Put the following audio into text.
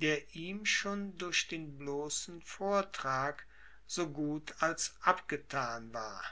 der ihm schon durch den bloßen vortrag so gut als abgethan war